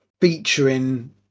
featuring